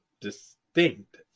distinct